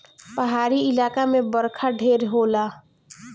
पहाड़ी इलाका मे बरखा ढेर होला